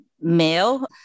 male